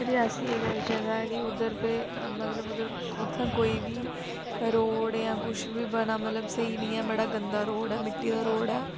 रियासी इक जगह् उद्धर मतलब उद्धर उत्थें कोई बी रोड़ जां कुछ बी बना मतलब स्हेई नी ऐ बड़ा गंदा रोड़ ऐ मिट्टी दा रोड़ ऐ